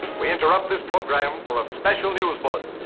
we interrupt this program for a special news bulletin.